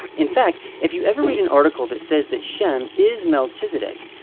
in fact, if you ever read an article that says that shem is melchizedek,